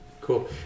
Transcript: Cool